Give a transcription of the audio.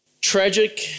tragic